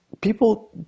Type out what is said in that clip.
people